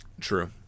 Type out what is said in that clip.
True